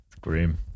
Grim